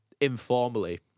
informally